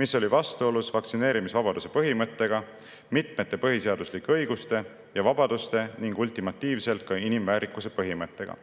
mis oli vastuolus vaktsineerimisvabaduse põhimõttega, mitmete põhiseaduslike õiguste ja vabaduste ning ultimatiivselt ka inimväärikuse põhimõttega.